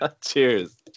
Cheers